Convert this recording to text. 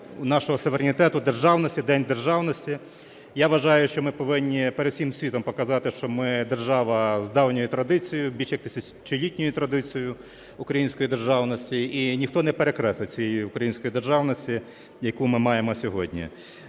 нашого суверенітету, державності – День Державності. Я вважаю, що ми повинні перед усім світом показати, що ми держава з давньою традицією, більше як тисячолітньою традицією української державності, і ніхто не перекреслить цієї української державності, яку ми маємо сьогодні.